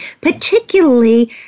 particularly